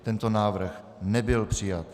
Tento návrh nebyl přijat.